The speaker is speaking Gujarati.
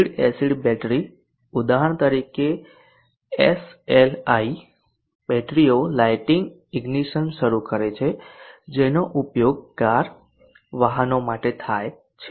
લીડ એસિડ બેટરી ઉદાહરણ તરીકે એસએલઆઈ બેટરીઓ લાઇટિંગ ઇગ્નીશન શરૂ કરે છે જેનો ઉપયોગ કાર વાહનો માટે થાય છે